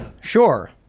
Sure